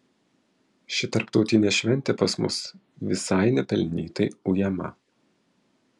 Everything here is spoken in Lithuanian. ši tarptautinė šventė pas mus visai nepelnytai ujama